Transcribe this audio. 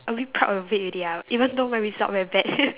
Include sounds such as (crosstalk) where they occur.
a bit proud of it already ah even though my result very bad (laughs)